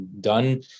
done